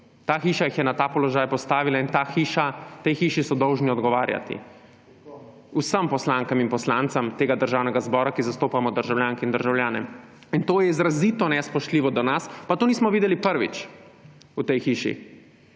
Ta hiša jih je na ta položaj postavila in tej hiši so dolžni odgovarjati; vsem poslankam in poslancem tega državnega zbora, ki zastopamo državljanke in državljane. To je izrazito nespoštljivo do nas, pa to nismo videli prvič v tej hiši